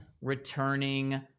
returning